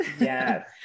Yes